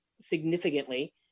significantly